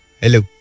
Hello